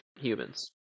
humans